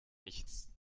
nichts